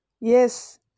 Yes